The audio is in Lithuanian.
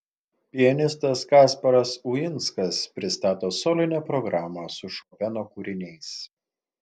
pianistas kasparas uinskas pristato solinę programą su šopeno kūriniais